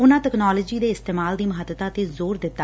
ਉਨੂਾ ਤਕਨਾਲੋਜੀ ਦੇ ਇਸਤੇਮਾਲ ਦੀ ਮਹੱਤਤਾ ਤੇ ਜ਼ੋਰ ਦਿੱਤਾ